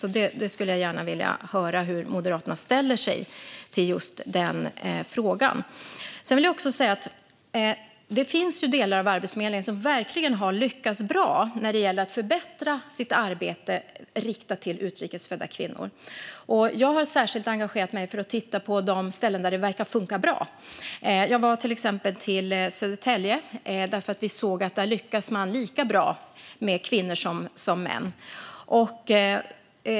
Jag skulle gärna vilja höra hur Moderaterna ställer sig till just denna fråga. Jag vill också säga att det finns delar av Arbetsförmedlingen som verkligen har lyckats bra när det gäller att förbättra sitt arbete riktat till utrikes födda kvinnor. Jag har särskilt engagerat mig i att titta på de ställen där det verkar funka bra. Jag har till exempel varit i Södertälje, för där såg vi att man lyckas lika bra med kvinnor som med män.